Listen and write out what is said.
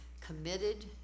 committed